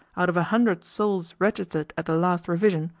out of a hundred souls registered at the last revision,